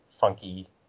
funky